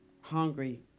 hungry